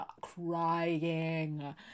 crying